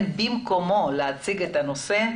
לשירלי פינטו להציג את הנושא במקומו.